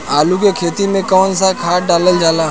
आलू के खेती में कवन सा खाद डालल जाला?